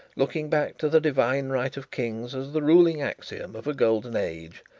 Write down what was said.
looking back to the divine right of kings as the ruling axiom of a golden age,